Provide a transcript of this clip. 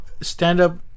stand-up